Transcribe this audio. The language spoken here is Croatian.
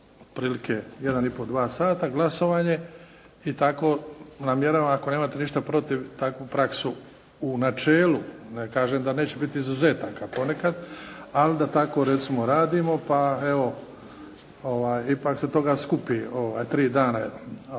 pol, dva sata, glasovanje i tako namjeravam ako nemate ništa protiv takvu praksu u načelu, ne kažem da neće biti izuzetaka ponekad, ali da tako recimo radimo, pa evo, ipak se toga skupi tri dana rada,